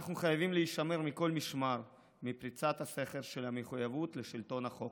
אנחנו חייבים להישמר מכל משמר מפריצת הסכר של המחויבות לשלטון החוק.